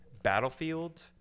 Battlefield